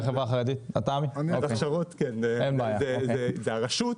זו הרשות.